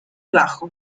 bajo